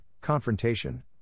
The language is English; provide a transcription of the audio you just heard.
confrontation